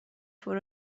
for